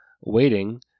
waiting